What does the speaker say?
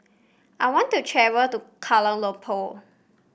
I want to travel to Kuala Lumpur